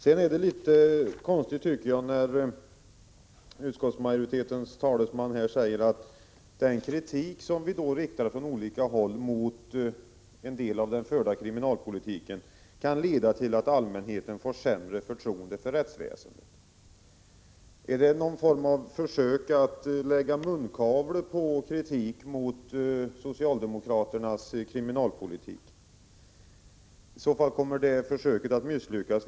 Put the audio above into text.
Sedan är det litet konstigt när utskottsmajoritetens talesman säger att den kritik som riktats från olika håll mot en del av den förda kriminalpolitiken kan leda till att allmänheten får ett sämre förtroende för rättsväsendet. Är det någon form av försök att lägga munkavle på dem som kritiserar socialdemokraternas kriminalpolitik? I så fall kommer det försöket att misslyckas.